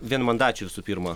vienmandačių visų pirma